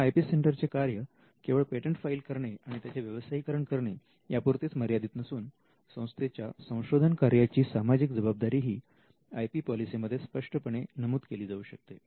तेव्हा IP centre चे कार्य केवळ पेटंट फाईल करणे आणि त्याचे व्यवसायीकरण करणे यापुरतेच मर्यादित नसून संस्थेच्या संशोधन कार्यांची सामाजिक जबाबदारी ही आय पी पॉलिसीमध्ये स्पष्टपणे नमूद केली जाऊ शकते